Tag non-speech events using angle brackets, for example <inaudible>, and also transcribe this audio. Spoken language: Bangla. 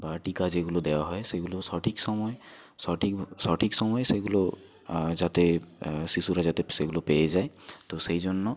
বা টিকা যেগুলো দেওয়া হয় সেগুলো সঠিক সময় সঠিক <unintelligible> সঠিক সময়ে সেইগুলো যাতে শিশুরা যাতে সেগুলো পেয়ে যায় তো সেই জন্য